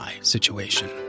situation